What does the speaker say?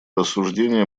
рассуждения